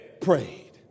prayed